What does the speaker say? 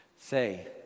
say